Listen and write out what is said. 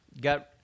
got